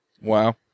Wow